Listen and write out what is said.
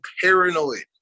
paranoid